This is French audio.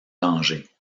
danger